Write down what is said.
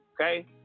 okay